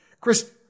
Chris